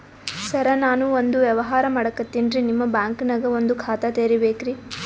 ಸರ ನಾನು ಒಂದು ವ್ಯವಹಾರ ಮಾಡಕತಿನ್ರಿ, ನಿಮ್ ಬ್ಯಾಂಕನಗ ಒಂದು ಖಾತ ತೆರಿಬೇಕ್ರಿ?